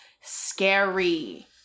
scary